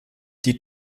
die